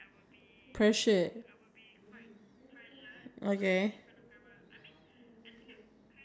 it's like something that maybe you you won't be but you like want to be you get what I'm trying to say